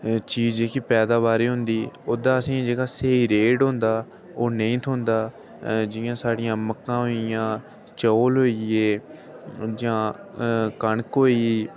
पैदाबार होंदी औह्दा असेंगी जैह्डा रेट होंदा थोह्दा जियां साढञियां मक्का होई गेइयां चौल होई गे कनक होई गेई